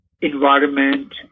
environment